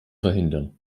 verhindern